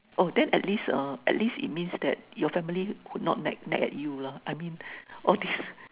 oh then at least uh at least it means that your family would not nag nag at you lah I mean all this